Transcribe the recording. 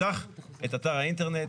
יפתח את אתר האינטרנט,